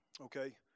okay